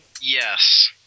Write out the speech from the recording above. Yes